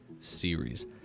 series